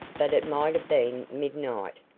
but it might have been midnight.